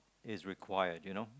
is required you know